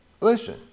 Listen